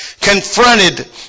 confronted